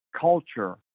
culture